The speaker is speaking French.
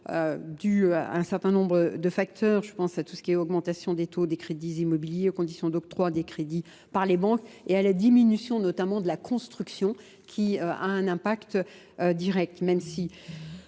dû à un certain nombre de facteurs. Je pense à tout ce qui est augmentation des taux des crédits immobiliers aux conditions d'octroi des crédits par les banques et à la diminution notamment de la construction qui a un impact direct même si